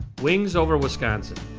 wings over wisconsin.